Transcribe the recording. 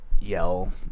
yell